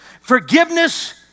forgiveness